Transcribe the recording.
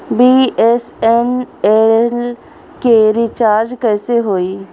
BSNL के recharge कैसे होयी?